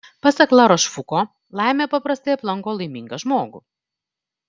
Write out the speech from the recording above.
pasak larošfuko laimė paprastai aplanko laimingą žmogų